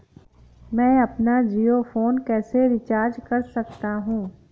मैं अपना जियो फोन कैसे रिचार्ज कर सकता हूँ?